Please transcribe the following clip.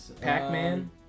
Pac-Man